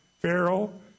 Pharaoh